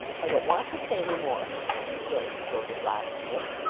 i don't want to say any more rejoined the goaded locksmith.